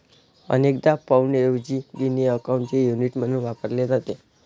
अनेकदा पाउंडऐवजी गिनी अकाउंटचे युनिट म्हणून वापरले जाते